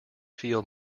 feel